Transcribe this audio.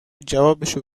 جوابشو